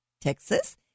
Texas